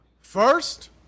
First